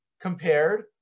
compared